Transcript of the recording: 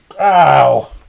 Ow